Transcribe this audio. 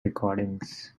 recordings